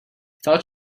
thought